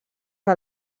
que